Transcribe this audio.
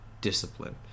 discipline